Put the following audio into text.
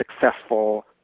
successful